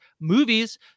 movies